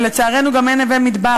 ולצערנו גם אין נווה-מדבר.